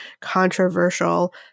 controversial